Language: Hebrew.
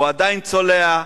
הוא עדיין צולע,